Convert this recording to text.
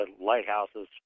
lighthouses